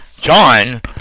John